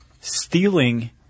stealing